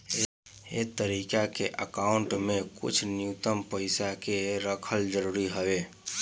ए तरीका के अकाउंट में कुछ न्यूनतम पइसा के रखल जरूरी हवे